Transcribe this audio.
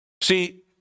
See